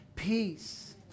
peace